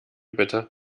bitte